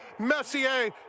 Messier